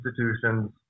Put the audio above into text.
institutions